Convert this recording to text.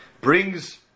brings